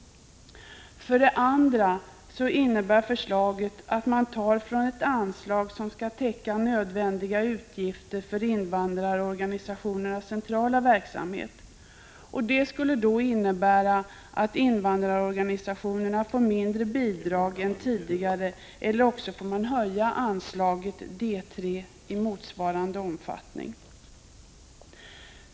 För det andra innebär förslaget att man tar från ett anslag, som skall täcka nödvändiga utgifter för invandrarorganisationernas centrala verksamhet. Detta skulle innebära att invandrarorganisationerna får mindre bidrag än tidigare. Annars får vi höja anslaget D 3 i motsvarande omfattning.